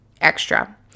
extra